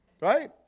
Right